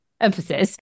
emphasis